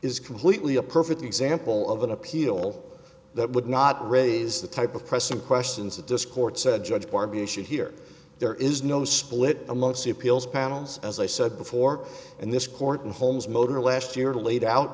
is completely a perfect example of an appeal that would not raise the type of pressing questions that this court said judge barbee should hear there is no split amongst the appeals panels as i said before and this court in holmes motor last year laid out